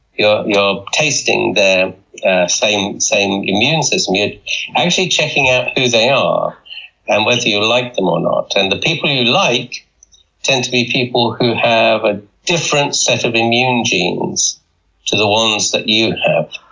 you're you're tasting their same same immune system. you're actually checking out who they are and whether you like them or not. and the people you like tend to be people who have a different set of immune genes to the ones that you have.